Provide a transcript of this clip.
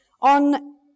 on